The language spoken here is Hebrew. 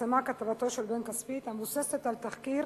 התפרסמה כתבתו של בן כספית, המבוססת על תחקיר